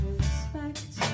respect